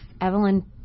evelyn